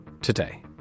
Today